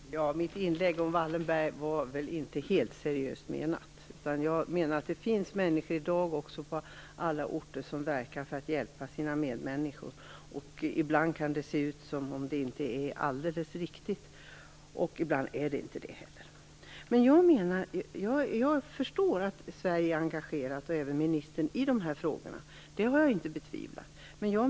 Herr talman! Mitt inlägg om Raoul Wallenberg var inte helt seriöst menat. Jag menade bara att det också i dag finns människor på olika orter som verkar för att hjälpa sina medmänniskor. Ibland kan det se ut som att det inte är alldeles riktigt, och ibland är det inte det heller. Jag förstår att Sverige är engagerat i dessa frågor liksom även ministern. Det har jag inte betvivlat.